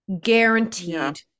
guaranteed